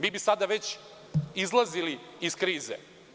Mi bi sada već izlazili iz krize.